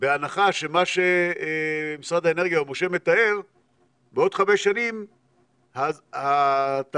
בהנחה שמה שמשרד האנרגיה ומשה מתאר בעוד חמש שנים התעשיות,